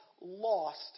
lost